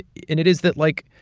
and it is that, like,